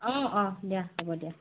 অঁ অঁ দিয়া হ'ব দিয়া